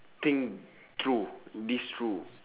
think through this through